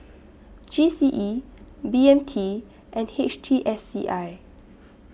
G C E B M T and H T S C I